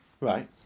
Right